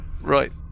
right